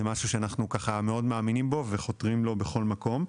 זה משהו שאנחנו מאוד מאמינים בו וחותרים אליו בכל מקום.